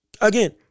again